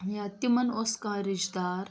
یا تِمَن اوٗس کانٛہہ رِشتہٕ دار